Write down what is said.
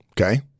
Okay